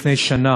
לפני שנה,